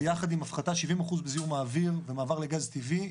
ביחד עם הפחתה 70% בזיהום האוויר ומעבר לגז טבעי,